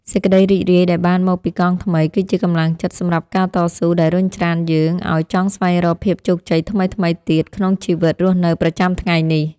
សេចក្ដីរីករាយដែលបានមកពីកង់ថ្មីគឺជាកម្លាំងចិត្តសម្រាប់ការតស៊ូដែលរុញច្រានយើងឱ្យចង់ស្វែងរកភាពជោគជ័យថ្មីៗទៀតក្នុងជីវិតរស់នៅប្រចាំថ្ងៃនេះ។